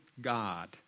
God